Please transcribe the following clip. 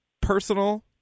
personal